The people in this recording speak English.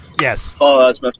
Yes